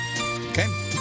Okay